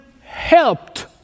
helped